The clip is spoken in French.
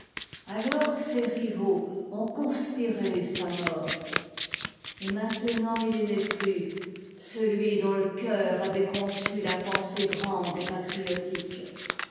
alors ses rivaux ont conspiré sa mort et maintenant il n'est plus celui dont le cceur avait conçu la pensée grande et patriotique